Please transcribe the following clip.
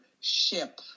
ship